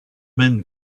men